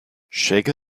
shake